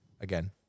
again